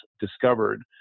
discovered